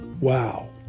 Wow